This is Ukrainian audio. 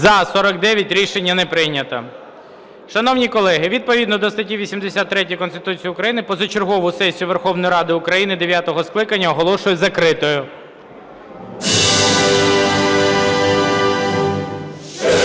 За-49 Рішення не прийнято. Шановні колеги, відповідно до статті 83 Конституції України позачергову сесію Верховної Ради України дев'ятого скликання оголошую закритою.